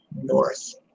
north